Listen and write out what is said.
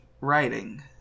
writing